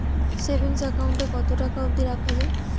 Savings account এ কতো টাকা অব্দি রাখা যায়?